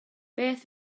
beth